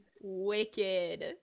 wicked